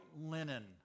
linen